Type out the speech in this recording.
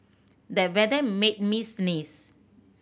the weather made me sneeze